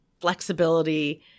flexibility